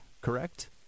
correct